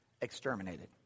exterminated